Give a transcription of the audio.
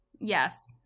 Yes